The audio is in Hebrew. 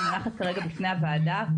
אני